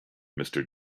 mister